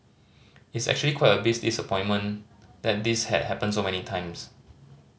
it's actually quite a big disappointment that this has happened so many times